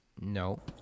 No